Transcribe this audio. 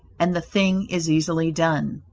and the thing is easily done.